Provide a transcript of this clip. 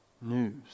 news